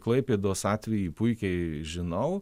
klaipėdos atvejį puikiai žinau